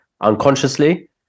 unconsciously